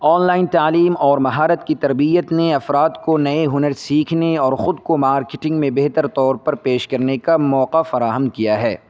on line تعلیم اور مہارت کی تربیت نے افراد کو نئے ہنر سیکھنے اور خود کو مارکیٹنگ میں بہتر طور پر پیش کرنے کا موقع فراہم کیا ہے